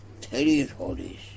territories